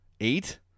Eight